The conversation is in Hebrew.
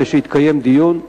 כדי שיתקיים דיון.